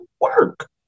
work